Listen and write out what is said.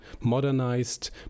modernized